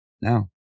Now